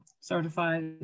certified